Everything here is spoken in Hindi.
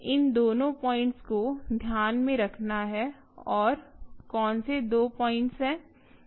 इन दोनों पॉइंट्स को ध्यान में रखना है और कौन से दो पॉइंट्स हैं